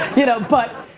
you know, but,